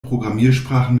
programmiersprachen